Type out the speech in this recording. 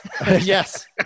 Yes